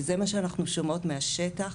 וזה מה שאנחנו שומעות מהשטח,